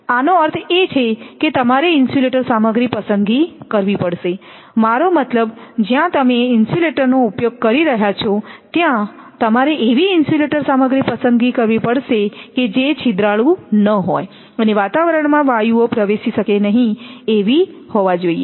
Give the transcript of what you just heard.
આનો અર્થ એ કે તમારે ઇન્સ્યુલેટર સામગ્રી પસંદ કરવી પડશે મારો મતલબ જ્યાં તમે ઇન્સ્યુલેટરનો ઉપયોગ કરી રહ્યા છો ત્યાં તમારે એવી ઇન્સ્યુલેટર સામગ્રી પસંદ કરવી પડશે કે જે છિદ્રાળુ ન હોય અને વાતાવરણમાં વાયુઓ પ્રવેશી શકે નહીં એવી હોવા જોઈએ